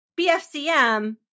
BFCM